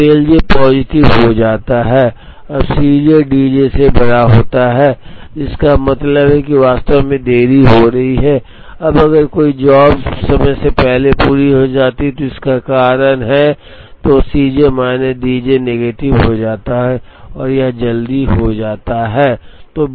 अब L j positive हो जाता है जब C j D j से बड़ा होता है जिसका मतलब है कि वास्तव में देरी हो रही है अब अगर कोई जॉब समय से पहले पूरी हो जाती है तो इसका कारण है तो C j minus D j negative हो जाता है और यह जल्दी हो जाता है